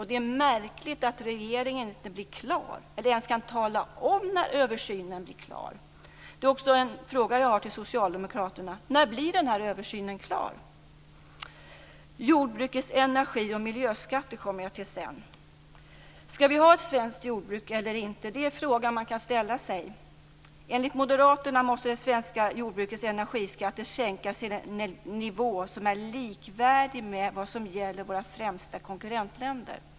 Det är märkligt att regeringen inte blir klar eller inte ens kan tala om när översynen blir klar. Det är också en fråga jag vill ställa till Socialdemokraterna. När blir den här översynen klar? Sedan kommer jag till jordbrukets energi och miljöskatter. Ska vi har ett svenskt jordbruk eller inte? Det är en fråga man kan ställa sig. Enligt Moderaterna måste det svenska jordbrukets energiskatter sänkas till en nivå som är likvärdig med vad som gäller i våra främsta konkurrentländer.